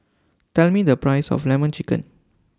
Tell Me The Price of Lemon Chicken